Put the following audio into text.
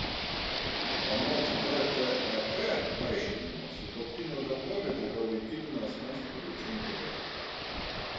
anot vtek aiškinimo sutuoktinio darbovietė yra laikytina asmens privačiu interesu